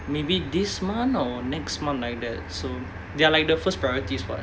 maybe this month or next month like that so they are like the first priorities for it